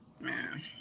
man